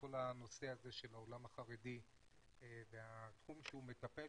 כל הנושא הזה של העולם החרדי והתחום שהוא מטפל